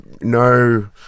No